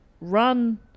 run